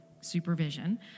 supervision